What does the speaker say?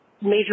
major